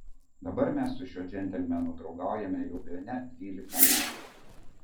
dabar mes su šiuo džentelmenu draugaujame jau bene dvylika metų